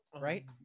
right